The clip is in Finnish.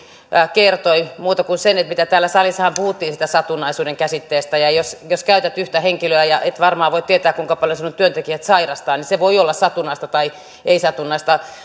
kertoi muuta kuin sen mitä täällä salissa puhuttiin siitä satunnaisuuden käsitteestä jos käytät yhtä henkilöä ja et varmaan voi tietää kuinka paljon sinun työntekijäsi sairastavat niin se voi olla satunnaista tai ei satunnaista